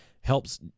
helps